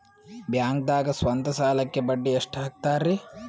ಬ್ಯಾಂಕ್ದಾಗ ಸ್ವಂತ ಸಾಲಕ್ಕೆ ಬಡ್ಡಿ ಎಷ್ಟ್ ಹಕ್ತಾರಿ?